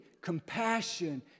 compassion